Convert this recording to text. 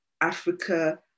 Africa